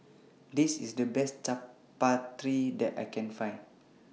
This IS The Best Chaat Papri that I Can Find